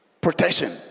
protection